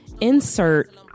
insert